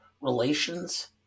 relations